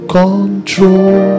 control